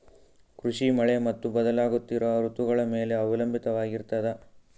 ಕೃಷಿ ಮಳೆ ಮತ್ತು ಬದಲಾಗುತ್ತಿರುವ ಋತುಗಳ ಮೇಲೆ ಅವಲಂಬಿತವಾಗಿರತದ